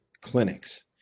clinics